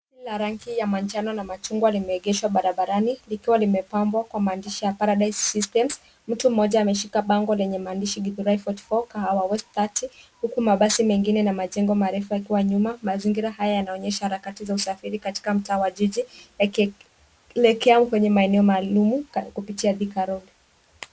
Gari la rangi ya manjano, na machungwa limeegeshwa barabarani, likiwa limepambwa kwa maandishi ya paradise systems . Mtu mmoja ameshika bango lenye maandishi Githurai forty four , Kahawa West thirty , huku mabasi mengine na majengo marefu yakiwa nyuma. Mazingira haya yanaonyesha harakati za usafiri katika mtaa wa jiji, yakielekea kwenye maeneo maalum, kupitia Thika Road .